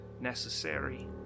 necessary